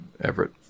Everett